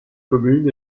commune